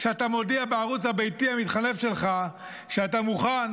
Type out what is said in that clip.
כשאתה מודיע בערוץ הביתי המתחנף שלך שאתה מוכן?